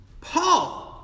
Paul